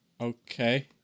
Okay